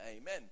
amen